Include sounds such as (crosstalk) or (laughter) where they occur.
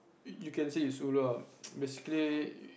you you can say it's ulu ah (noise) basically